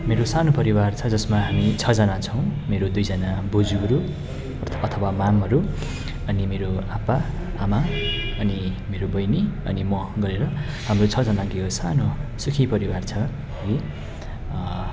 मेरो सानो परिवार छ जसमा हामी छजना छौँ मेरो दुईजना बोजुहरू अथवा मामहरू अनि मेरो आप्पा आमा अनि मेरो बैनी अनि म गरेर हाम्रो छजनाको यो सानो सुखी परिवार छ है